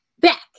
back